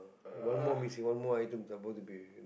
one more missing one more item supposed to be